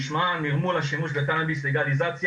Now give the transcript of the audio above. שמשמעה נרמול השימוש בקנאביס, לגליזציה.